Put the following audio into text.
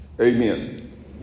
Amen